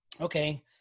okay